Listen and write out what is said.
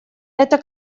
это